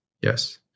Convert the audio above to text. yes